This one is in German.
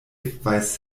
weiß